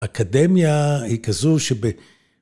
אקדמיה היא כזו שב...